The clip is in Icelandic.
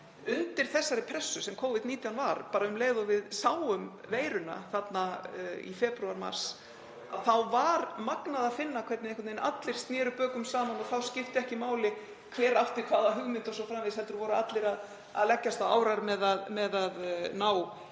Undir þessari pressu sem Covid-19 var, bara um leið og við sáum veiruna í febrúar, mars, var magnað að finna hvernig allir sneru bökum saman. Þá skipti ekki máli hver átti hvaða hugmynd o.s.frv., heldur voru allir að leggjast á árar með að ná